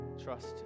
trust